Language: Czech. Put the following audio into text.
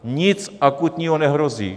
Nic akutního nehrozí.